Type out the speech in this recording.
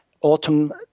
autumn